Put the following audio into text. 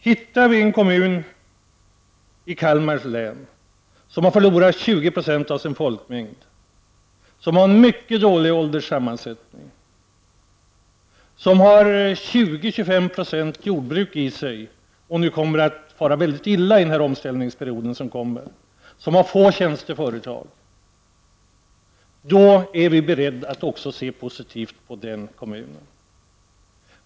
Finner vi en kommun, t.ex. i Kalmar län, som har förlorat 20 96 av sin folkmängd, som har en mycket dålig ålderssammansättning, vars arbetsmarknad består av 20 till 25 96 jordbruk som kommer att fara mycket illa av den omställningsperiod som förestår, och som har få tjänsteföretag, är vi beredda att se positivt på den kommunen.